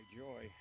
joy